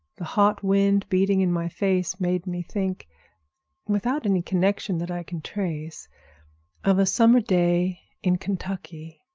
the hot wind beating in my face made me think without any connection that i can trace of a summer day in kentucky,